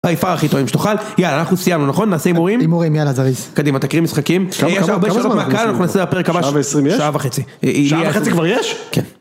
ביי פאר הכי טובים שתאכל, יאללה אנחנו סיימנו, נכון? נעשה הימורים? -הימורים יאללה זריז -קדימה תקריא משחקים, אה, יש הרבה שאלות מהקהל, אנחנו נעשה בפרק הבא.. -כמה..כמה.. כמה זמן אנחנו יושבים פה? שעה ועשרים יש? -שעה וחצי -שעה וחצי כבר יש?? כן.